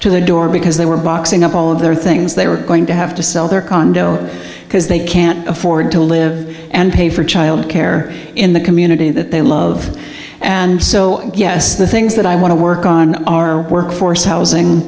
to the door because they were boxing up all of their things they were going to have to sell their condo because they can't afford to live and pay for child care in the community that they love and so yes the things that i want to work on our workforce housing